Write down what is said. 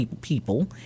people